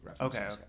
Okay